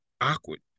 awkward